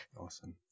Awesome